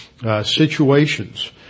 situations